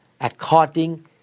according